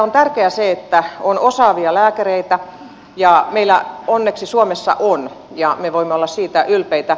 on tärkeää se että on osaavia lääkäreitä ja meillä onneksi suomessa on ja me voimme olla siitä ylpeitä